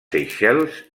seychelles